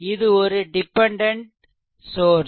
இது ஒரு dependent source